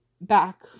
back